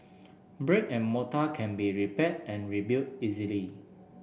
brick and mortar can be repaired and rebuilt easily